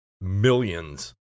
millions